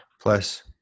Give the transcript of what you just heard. plus